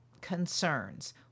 concerns